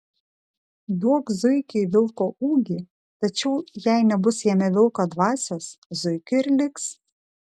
duok zuikiui vilko ūgį tačiau jai nebus jame vilko dvasios zuikiu ir liks